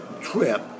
trip